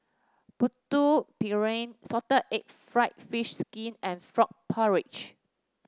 Putu Piring Salted Egg fried fish skin and Frog Porridge